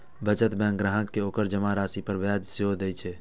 बचत बैंक ग्राहक कें ओकर जमा राशि पर ब्याज सेहो दए छै